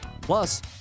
Plus